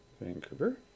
Vancouver